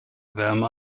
wärme